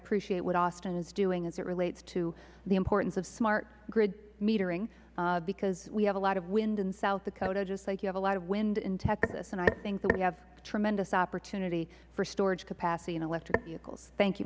appreciate what austin is doing as it relates to the importance of smart grid metering because we have a lot of wind in south dakota just like you have a lot of wind in texas and i think that we have tremendous opportunity for storage capacity in electric vehicles thank you